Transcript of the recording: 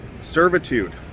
servitude